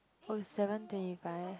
oh it's seven twenty five